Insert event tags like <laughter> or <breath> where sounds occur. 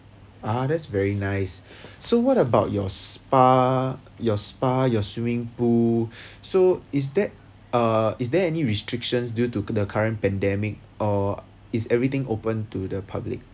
ah that's very nice <breath> so what about your spa your spa your swimming pool <breath> so is that uh is there any restrictions due to the current pandemic or is everything open to the public